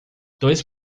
dois